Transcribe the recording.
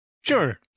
Sure